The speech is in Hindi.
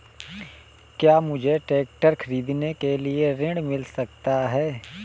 क्या मुझे ट्रैक्टर खरीदने के लिए ऋण मिल सकता है?